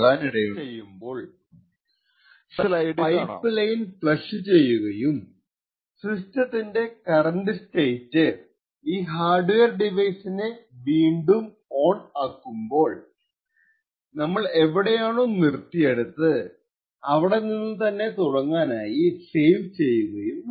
reset ചെയ്യുമ്പോൾ pipeline flush ചെയ്യുകയുംസിസ്റ്റത്തിന്റെ current state ഈ ഹാർഡ്വെയർ ഡിവൈസിനെ വീണ്ടും ON ചെയ്യുമ്പോൾ നിർത്തിയിടത്തുനിന്നു തുടങ്ങാനായി സേവ് ചെയ്യുകയും വേണം